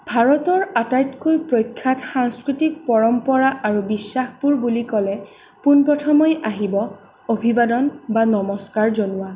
ভাৰতৰ আটাইতকৈ প্ৰখ্যাত সাংস্কৃতিক পৰম্পৰা আৰু বিশ্বাসবোৰ বুলি ক'লে পোনপ্ৰথমেই আহিব অভিবাদন বা নমস্কাৰ জনোৱা